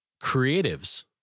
creatives